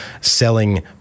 selling